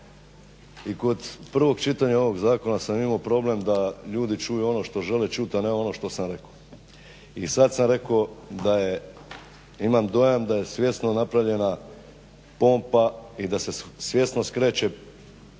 I kod prvog čitanja ovog zakona sam imao problem da ljudi čuju ono što žele čuti, a ne ono što sam rekao. I sad sam rekao da imam dojam da je svjesno napravljena pompa i da se svjesno skreće